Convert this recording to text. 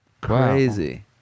Crazy